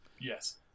yes